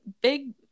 big